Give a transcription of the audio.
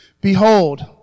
Behold